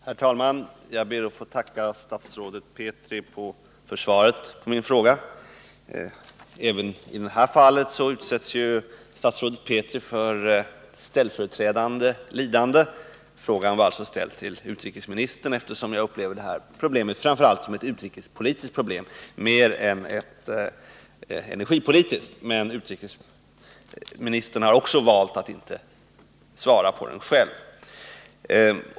Herr talman! Jag ber att få tacka statsrådet Petri för svaret på min fråga. Även i det här fallet utsätts statsrådet Petri för ställföreträdande lidande. Frågan var alltså ställd till utrikesministern, eftersom jag upplever det här problemet som ett utrikespolitiskt problem mer än ett energipolitiskt. Men utrikesministern har också valt att inte svara på den själv.